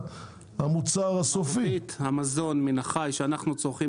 מרבית המזון מן החי שאנחנו צורכים